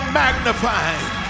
magnifying